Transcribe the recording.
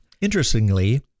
Interestingly